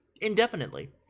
indefinitely